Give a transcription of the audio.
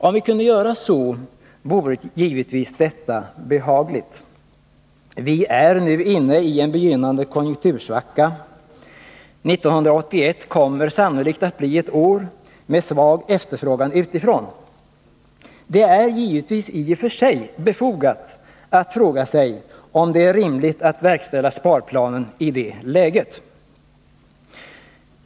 Om vi kunde göra så, vore det givetvis behagligt. Vi är nu inne i en begynnande konjunktursvacka. 1981 kommer sannolikt att bli ett år med svag efterfrågan utifrån. Det är givetvis i och för sig befogat att fråga sig om det är rimligt att verkställa sparplanen i det läget.